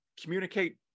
communicate